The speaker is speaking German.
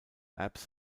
apps